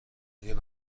نیم